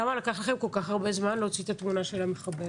למה לקח לכם כל כך הרבה זמן להוציא את התמונה של המחבל?